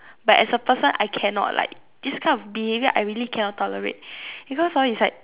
but as a person I cannot like this kind of behaviour I really cannot tolerate because hor is like